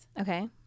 Okay